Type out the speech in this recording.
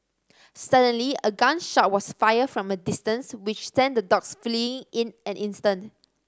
suddenly a gun shot was fired from a distance which sent the dogs flee in an instant